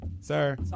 Sir